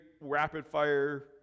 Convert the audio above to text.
rapid-fire